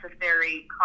necessary